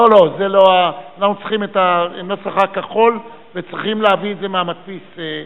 אנחנו צריכים את הנוסח הכחול וצריכים להביא את זה מהמדפיס.